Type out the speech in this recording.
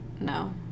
no